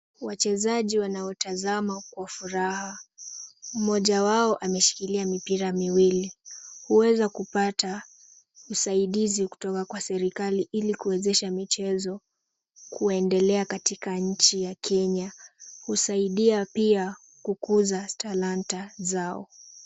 Wachezaji wanaotazama kwa furaha. Mmoja wao ameshikilia mipira miwili. Huweza kupata usaidizi kutoka kwa serikali ili kuwezesha michezo kuendelea katika nchi ya Kenya. Husaidia pia kukuza talanta zao.